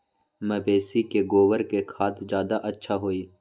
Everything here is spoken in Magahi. मवेसी के गोबर के खाद ज्यादा अच्छा होई?